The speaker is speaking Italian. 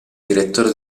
direttore